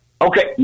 Okay